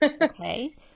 Okay